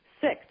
Six